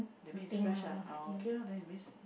that's mean is fresh lah oh okay lah that's mean